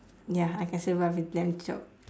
ya I can survive with lamb chop